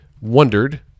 wondered